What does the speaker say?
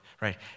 right